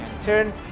turn